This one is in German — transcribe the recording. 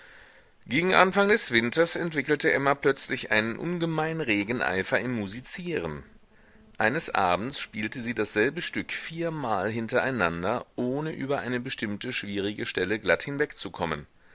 gegen anfang des winters entwickelte emma plötzlich einen ungemein regen eifer im musizieren eines abends spielte sie dasselbe stück viermal hintereinander ohne über eine bestimmte schwierige stelle glatt hinwegzukommen